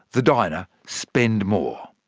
the diner, spend more.